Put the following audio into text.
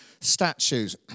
statues